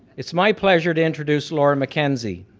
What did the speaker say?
it's my pleasure to introduce laura mackenzie.